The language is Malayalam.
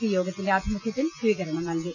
പി യോഗത്തിന്റെ ആഭിമുഖ്യത്തിൽ സ്വീകരണം നൽകി